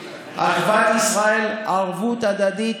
ערבות הדדית,